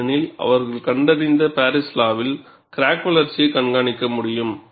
ஏனெனில் அவர்கள் கண்டறிந்த பாரிஸ் லா வில் கிராக் வளர்ச்சியைக் கண்காணிக்க முடியும்